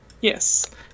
Yes